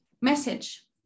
message